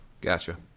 Gotcha